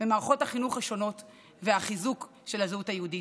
במערכות החינוך השונות והחיזוק של הזהות היהודית.